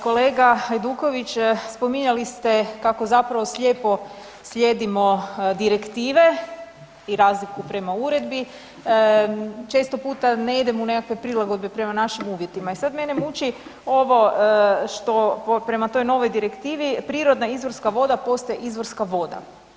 Kolega Hajduković, spominjali ste kako zapravo slijepo slijedimo direktive i razliku prema uredbi, često puta ne idemo u nekakve prilagodbe prema našim uvjetima i sada mene muči što prema toj novoj direktivi prirodna izvorska voda postaje izvorska voda.